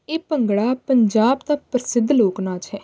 ਇਹ ਭੰਗੜਾ ਪੰਜਾਬ ਦਾ ਪ੍ਰਸਿੱਧ ਲੋਕ ਨਾਚ ਹੈ